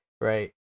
right